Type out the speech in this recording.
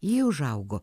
ji užaugo